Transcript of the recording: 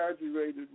exaggerated